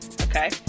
okay